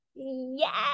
Yes